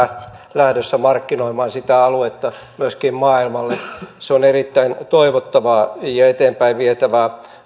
lähdössä markkinoimaan sitä aluetta myöskin maailmalle se on erittäin toivottava ja eteenpäin vietävä